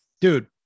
Dude